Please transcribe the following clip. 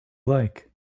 like